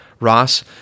Ross